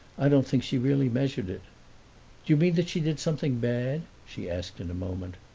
i don't think she really measured it. do you mean that she did something bad? she asked in a moment.